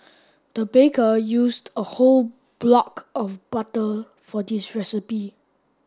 the baker used a whole block of butter for this recipe